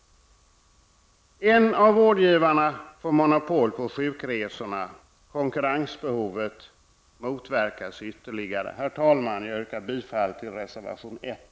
En av vårdgivarna får monopol på sjukresorna. Konkurrensbehovet motverkas ytterligare. Herr talman! Jag yrkar bifall till reservation 1.